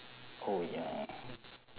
oh ya